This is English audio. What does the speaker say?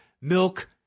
milk